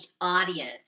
audience